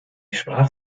sprach